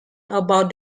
about